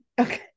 okay